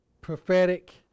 prophetic